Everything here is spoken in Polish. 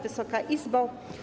Wysoka Izbo!